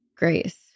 grace